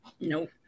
Nope